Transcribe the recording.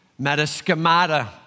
metaschemata